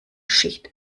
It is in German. schicht